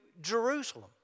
Jerusalem